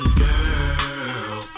girl